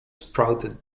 sprouted